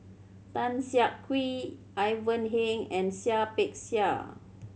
Tan Siak Kew Ivan Heng and Seah Peck Seah